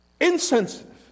Insensitive